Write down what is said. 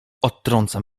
odtrącam